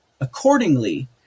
Accordingly